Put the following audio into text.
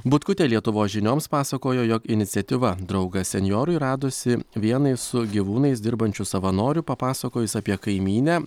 butkutė lietuvos žinioms pasakojo jog iniciatyva draugas senjorui radusi vienai su gyvūnais dirbančiu savanoriu papasakojus apie kaimynę